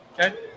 Okay